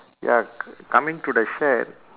ya c~ coming to the shed